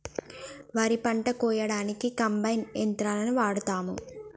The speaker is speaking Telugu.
వరి పంట కోయడానికి కంబైన్ యంత్రాలని వాడతాం